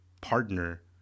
partner